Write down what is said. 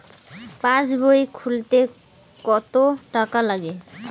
পাশবই খুলতে কতো টাকা লাগে?